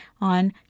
on